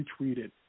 retweeted